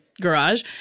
garage